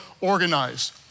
organized